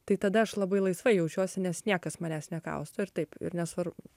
tai tada aš labai laisvai jaučiuosi nes niekas manęs nekausto ir taip ir nesvar